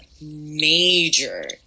major